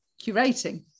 curating